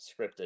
scripted